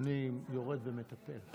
יורד ומטפל בזה.